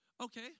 Okay